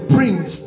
Prince